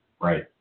Right